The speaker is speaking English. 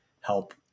help